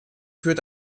führt